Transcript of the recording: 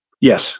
Yes